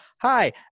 hi